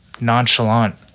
nonchalant